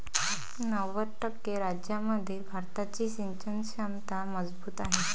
नव्वद टक्के राज्यांमध्ये भारताची सिंचन क्षमता मजबूत आहे